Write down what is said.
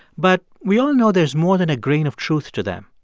but we all know there's more than a grain of truth to them.